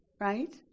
right